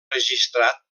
registrat